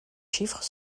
chiffres